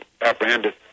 apprehended